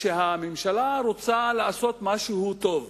כשהממשלה רוצה לעשות משהו טוב,